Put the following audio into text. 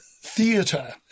theatre